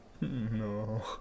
No